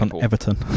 Everton